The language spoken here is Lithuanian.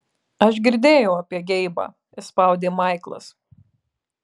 aš girdėjau apie geibą išspaudė maiklas